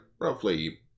roughly